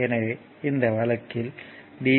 எனவே இந்த வழக்கில் டி